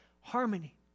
harmony